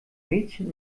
mädchen